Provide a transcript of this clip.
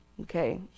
Okay